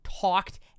talked